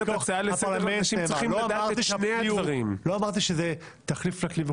הצעה לסדר זה נאמר --- לא אמרתי שזה תחליף לכלי הזה,